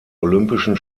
olympischen